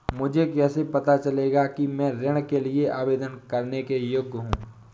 मुझे कैसे पता चलेगा कि मैं ऋण के लिए आवेदन करने के योग्य हूँ?